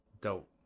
Dope